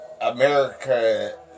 America